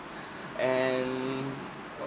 and